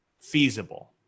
Feasible